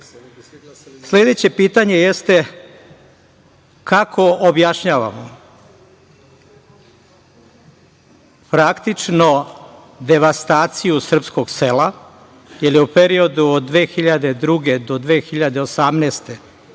pitanje jeste – kako objašnjavamo praktično devastaciju srpskog sela ili u periodu od 2002. do 2018.